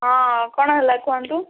ହଁ କ'ଣ ହେଲା କୁହନ୍ତୁ